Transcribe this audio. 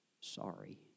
sorry